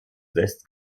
west